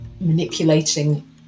manipulating